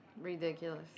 Ridiculous